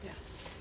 Yes